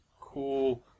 cool